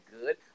good